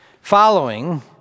Following